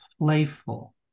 playful